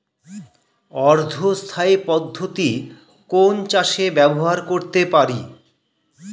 অর্ধ স্থায়ী পদ্ধতি কোন চাষে ব্যবহার করতে পারি?